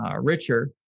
richer